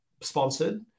Sponsored